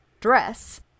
dress